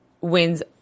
wins